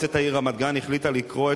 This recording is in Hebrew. שמועצת העיר רמת-גן החליטה לקרוא את